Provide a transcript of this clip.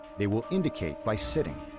they will indicate by sitting.